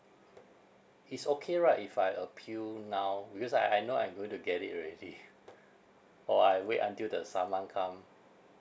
is okay right if I appeal now because I I know I'm going to get it already or I wait until the saman come